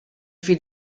fait